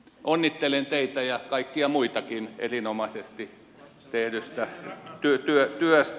onnittelen teitä ja kaikkia muitakin erinomaisesti tehdystä työstä